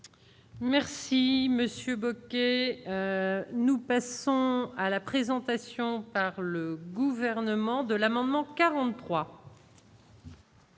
Merci, Monsieur Bocquet. Nous passons à la présentation par le gouvernement de l'amendement 43.